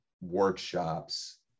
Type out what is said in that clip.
workshops